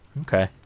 Okay